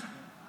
כן.